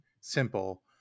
simple